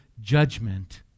judgment